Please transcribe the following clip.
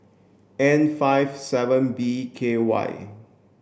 N five seven B K Y